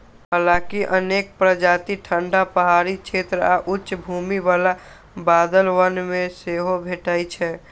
हालांकि अनेक प्रजाति ठंढा पहाड़ी क्षेत्र आ उच्च भूमि बला बादल वन मे सेहो भेटै छै